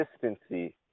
consistency